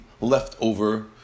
leftover